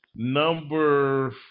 Number